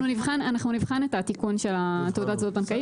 אנחנו נבחן את התיקון של תעודת הזהות הבנקאית.